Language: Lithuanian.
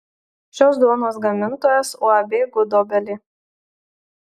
šios duonos gamintojas uab gudobelė